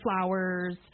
flowers